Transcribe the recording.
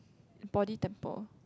body temple